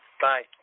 Bye